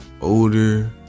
older